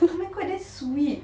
oh my god that's sweet